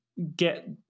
Get